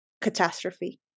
catastrophe